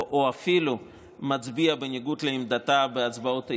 או אפילו מצביע בניגוד לעמדתה בהצבעות אי-אמון.